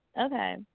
Okay